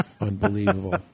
Unbelievable